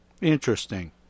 Interesting